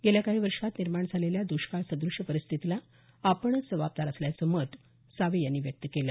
गेल्या काही वर्षांत निर्माण झालेल्या द्रष्काळ सद्रष्य परिस्थितीला आपणच जबाबदार असल्याचं मत सावे यांनी व्यक्त केलं